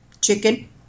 Chicken